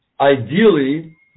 Ideally